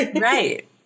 right